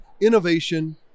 innovation